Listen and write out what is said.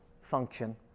function